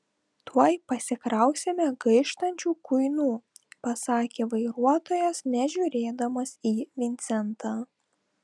tuoj pasikrausime gaištančių kuinų pasakė vairuotojas nežiūrėdamas į vincentą